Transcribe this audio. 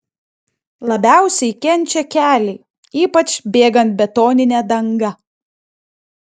labiausiai kenčia keliai ypač bėgant betonine danga